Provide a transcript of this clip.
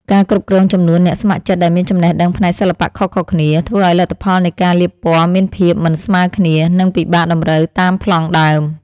ការគ្រប់គ្រងចំនួនអ្នកស្ម័គ្រចិត្តដែលមានចំណេះដឹងផ្នែកសិល្បៈខុសៗគ្នា ធ្វើឱ្យលទ្ធផលនៃការលាបពណ៌មានភាពមិនស្មើគ្នា និងពិបាកតម្រូវតាមប្លង់ដើម។